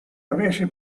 avesse